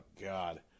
God